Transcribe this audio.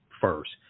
first